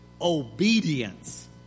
Obedience